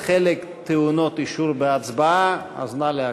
חלקן טעונות אישור בהצבעה, אז נא להקשיב.